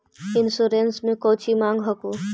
Insurance मे कौची माँग हको?